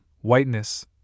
whiteness